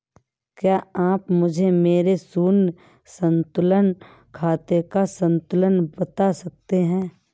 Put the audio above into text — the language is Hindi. क्या आप मुझे मेरे शून्य संतुलन खाते का संतुलन बता सकते हैं?